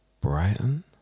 Brighton